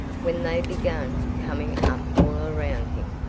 when they began coming up all around him,